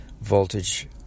voltage